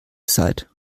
seid